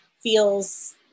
feels